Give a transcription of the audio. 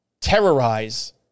terrorize